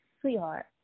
sweetheart